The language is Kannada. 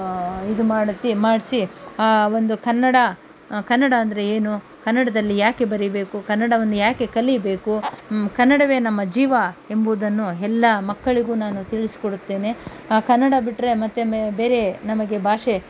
ಇದು ಮಾಡ್ತಿ ಮಾಡಿಸಿ ಆ ಒಂದು ಕನ್ನಡ ಕನ್ನಡ ಅಂದರೆ ಏನು ಕನ್ನಡದಲ್ಲಿ ಏಕೆ ಬರಿಬೇಕು ಕನ್ನಡವನ್ನು ಏಕೆ ಕಲಿಬೇಕು ಕನ್ನಡವೇ ನಮ್ಮ ಜೀವ ಎಂಬುದನ್ನು ಎಲ್ಲ ಮಕ್ಕಳಿಗೂ ನಾನು ತಿಳಿಸಿಕೊಡುತ್ತೇನೆ ಆ ಕನ್ನಡ ಬಿಟ್ಟರೆ ಮತ್ತೆ ಮೆ ಬೇರೆ ನಮಗೆ ಭಾಷೆ